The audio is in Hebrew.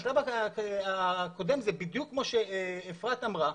השלב הקודם זה בדיוק כמו שאפרת אמרה.